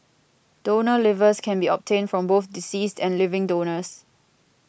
donor livers can be obtained from both deceased and living donors